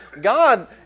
God